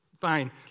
fine